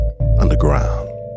underground